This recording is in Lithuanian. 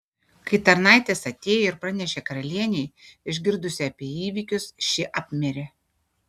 kai tarnaitės atėjo ir pranešė karalienei išgirdusi apie įvykius ši apmirė